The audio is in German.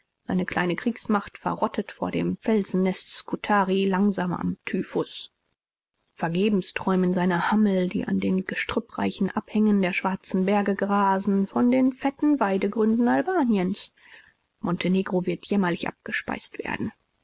seine kleine kriegsmacht verrottet vor dem felsennest skutari langsam am typhus vergebens träumen seine hammel die an den gestrüppreichen abhängen der schwarzen berge grasen von den fetten weidegründen albaniens montenegro wird jämmerlich abgespeist werden